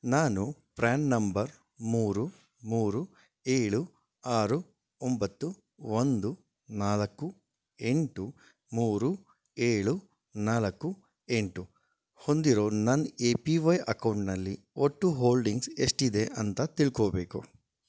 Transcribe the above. ನಾನು PRAN number ಮೂರು ಮೂರು ಏಳು ಆರು ಒಂಬತ್ತು ಒಂದು ನಾಲ್ಕು ಎಂಟು ಮೂರು ಏಳು ನಾಲ್ಕು ಎಂಟು ಹೊಂದಿರೋ ನನ್ನ ಎ ಪಿ ವೈ ಅಕೌಂಟ್ನಲ್ಲಿ ಒಟ್ಟು ಹೋಲ್ಡಿಂಗ್ಸ್ ಎಷ್ಟಿದೆ ಅಂತ ತಿಳ್ಕೋಬೇಕು